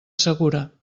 segura